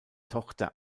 tochter